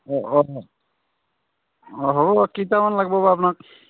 অঁ অঁ হ'ব কেইটামান লাগিব বা আপোনাক